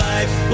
Life